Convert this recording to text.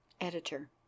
Editor